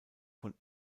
von